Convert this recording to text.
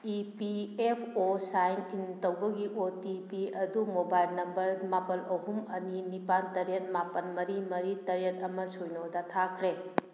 E P F O sign in ꯇꯧꯕꯒꯤ O T P ꯑꯗꯨ mobile number ꯃꯥꯄꯜ ꯑꯍꯨꯝ ꯑꯅꯤ ꯅꯤꯄꯥꯜ ꯇꯔꯦꯠ ꯃꯥꯄꯜ ꯃꯔꯤ ꯃꯔꯤ ꯇꯔꯦꯠ ꯑꯃ ꯁꯤꯅꯣꯗ ꯊꯥꯈ꯭ꯔꯦ